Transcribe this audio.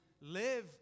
live